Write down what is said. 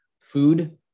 food